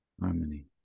Harmony